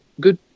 good